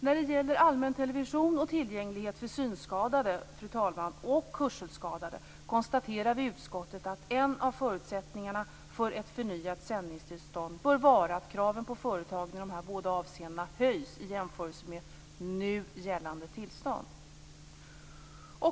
När det gäller allmäntelevision och tillgänglighet för synskadade och hörselskadade, fru talman, konstaterar vi i utskottet att en av förutsättningarna för ett förnyat sändningstillstånd bör vara att kraven på företagen i de här båda avseendena höjs i jämförelse med nu gällande tillstånd.